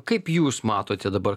kaip jūs matote dabar